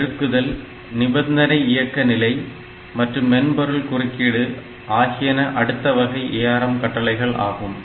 பெருக்குதல் நிபந்தனை இயக்க நிலை மற்றும் மென்பொருள் குறுக்கீடு ஆகியன அடுத்த வகையான ARM கட்டளைகள் ஆகும்